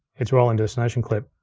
it's rolling destination clip.